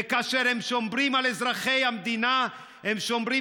וכאשר הם שומרים על אזרחי המדינה הם שומרים